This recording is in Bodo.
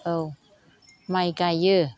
औ माइ गायो